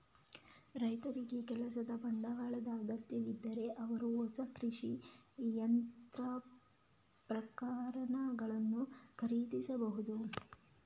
ರೈತರಿಗೆ ಕೆಲಸದ ಬಂಡವಾಳದ ಅಗತ್ಯವಿದ್ದರೆ ಅವರು ಹೊಸ ಕೃಷಿ ಯಂತ್ರೋಪಕರಣಗಳನ್ನು ಖರೀದಿಸಬಹುದು